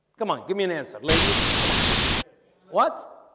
come on. give me an answer. ladies. come on what?